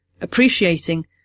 appreciating